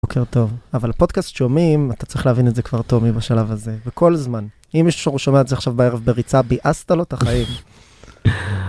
בוקר טוב אבל פודקאסט שומעים אתה צריך להבין את זה כבר טומי בשלב הזה בכל זמן אם מישהו שומע את זה עכשיו בערב בריצה ביאסת לו את החיים.